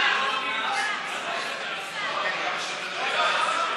גברתי היושבת בראש,